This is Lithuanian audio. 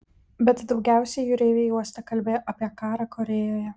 bet daugiausiai jūreiviai uoste kalbėjo apie karą korėjoje